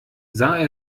sah